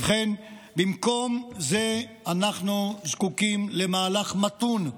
ובכן, במקום זה אנחנו זקוקים למהלך מתון,